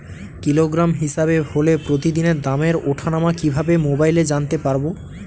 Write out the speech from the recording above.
Kilogram হিসাবে হলে প্রতিদিনের দামের ওঠানামা কিভাবে মোবাইলে জানতে পারবো?